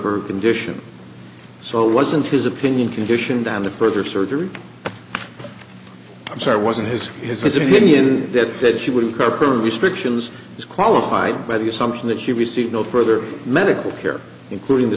her condition so it wasn't his opinion condition down to further surgery i'm sorry wasn't his his his opinion that that she would cover her restrictions as qualified by the assumption that she received no further medical care including the